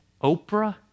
Oprah